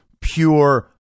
pure